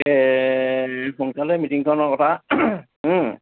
এই সোনকালে মিটিংখনৰ কথা